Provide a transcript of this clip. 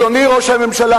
אדוני ראש הממשלה,